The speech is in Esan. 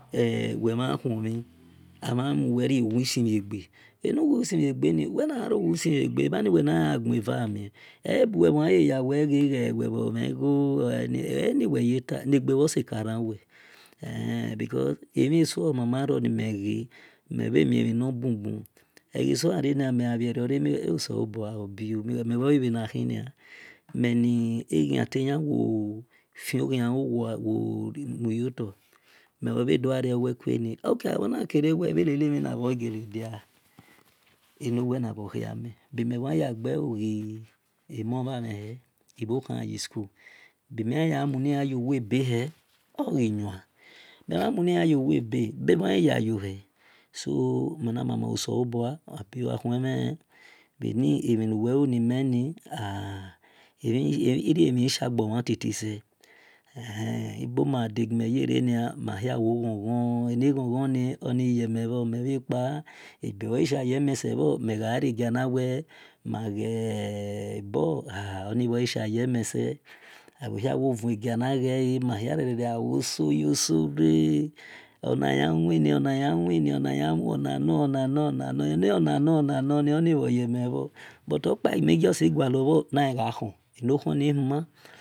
e wemahumi avemuwe rewishmiga anowishmiga ni wena rawishega ahia weni enagava ami ebuweniyea we we vovniguo eomiweyita nagavesacarawa éé becuase amiso mama ọ- o nimeve mivamumi nobubu egasogaor megaverora mewe eselebua obiu miwe mio e vani hin meni agin hietanfiu ogia owemuta mevdiaru weken ok awenakra anivinaero ogageladi aivo wenavo hiamiobiganaye gaogiomo vemini ivohuayi school bimehiye munlipa yowaebehi ohiyen mevimuniya yowaeba oagayayohi so mina mama woselaboa obiu awemili anami nweunimina a a eroemigasaobgro matitise eni eboma adagemiyerena mabia a ghon-ghon ana ghon- ghon ni oniyemio mivapa ebeveisaboyemiseyo wegaraginae magi bait a a oniogasha yemiseo evhiwovaganigea mahirere awo sou sora e onihi winonih win onihi win onani onani onani onani a onani onani onani onioyemeo but opami justi galoho nigagihn anohn ni wuma eih